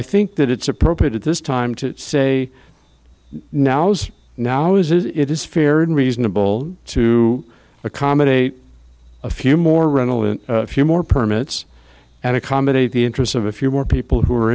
i think that it's appropriate at this time to say nows now is it is fear unreasonable to accommodate a few more rental a few more permits and accommodate the interests of a few more people who are